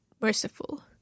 merciful